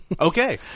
Okay